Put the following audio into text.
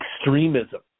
extremism